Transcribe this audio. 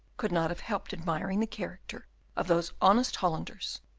could not have helped admiring the character of those honest hollanders,